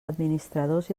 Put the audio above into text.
administradors